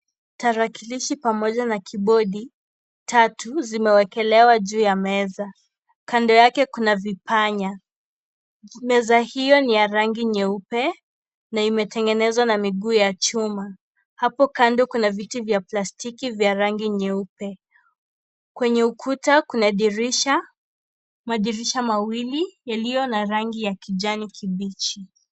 Tarakilishi pamoja na kibodi tatu zimewekelewa juu ya meza kando yake kuna vipanya, meza hiyo ni ya rangi nyeupe na imetengenezwa na miguu ya chuma, hapo kando kuna viti vya plastiki vya rangi nyeupe. Kwenye ukuta kuna madirisha mawili yaliyo na rangi ya kijani kibichi.